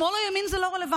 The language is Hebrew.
שמאל או ימין זה לא רלוונטי.